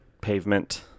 pavement